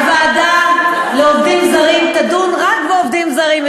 הוועדה לעובדים זרים תדון רק בעובדים זרים,